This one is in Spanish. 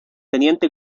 tte